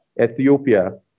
Ethiopia